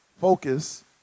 focus